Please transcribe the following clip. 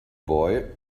boy